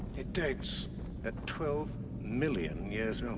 it dates at twelve million years